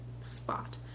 spot